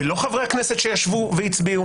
ולא חברי הכנסת שישבו והצביעו,